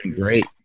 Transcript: great